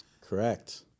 Correct